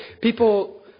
people